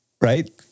right